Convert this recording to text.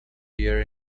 year